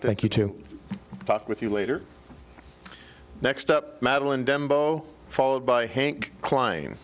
thank you to talk with you later next up madeline dembo followed by hank klein